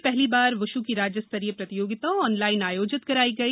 प्रदेश में पहली बार व्श् की राज्य स्तरीय प्रतियोगिता ऑनलाइन आयोजित की गई